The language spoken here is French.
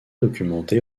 documentée